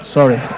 Sorry